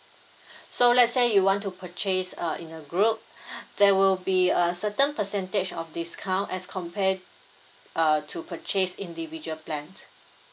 so let's say you want to purchase uh in a group there will be a certain percentage of discount as compared uh to purchase individual plan